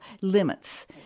limits